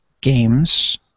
Games